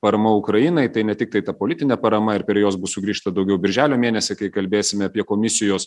parama ukrainai tai ne tiktai ta politinė parama ir per jos bus sugrįžta daugiau birželio mėnesį kai kalbėsime apie komisijos